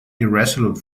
irresolute